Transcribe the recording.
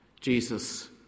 Jesus